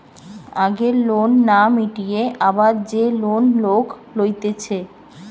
আগের লোন না মিটিয়ে আবার যে লোন লোক লইতেছে